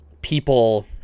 people